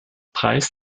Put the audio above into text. preis